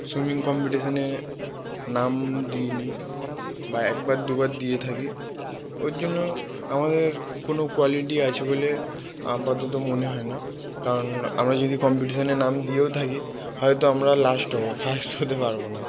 swimming কম্পিটিশানে নাম দিইনি বা একবার দুবার দিয়ে থাকি ওই জন্য আমাদের কোনও কোয়ালিটি আছে বলে আপাতত মনে হয় না কারণ আমরা যদি কম্পিটিশানে নাম দিয়েও থাকি হয়তো আমরা লাস্ট হবো ফার্স্ট হতে পারবো না